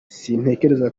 sintekereza